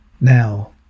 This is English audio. Now